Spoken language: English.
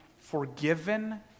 forgiven